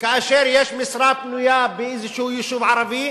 כאשר יש משרה פנויה באיזה יישוב ערבי,